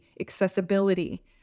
accessibility